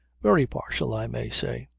very partial, i may say.